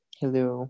hello